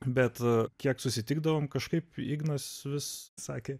bet kiek susitikdavom kažkaip ignas vis sakė